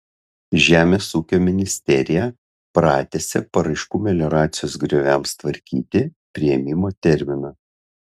žemės ūkio ministerija pratęsė paraiškų melioracijos grioviams tvarkyti priėmimo terminą